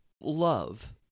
love